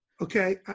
okay